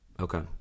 Okay